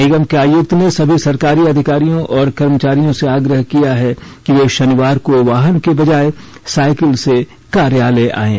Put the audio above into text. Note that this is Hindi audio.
निगम के आयुक्त ने सभी सरकारी अधिकारियों और कर्मचारियों से आग्रह किया है कि वे शनिवार को वाहन की बजाय साइकिल से कार्यालय आएं